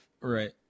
Right